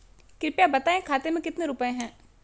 कृपया बताएं खाते में कितने रुपए हैं?